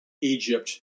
Egypt